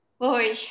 Boy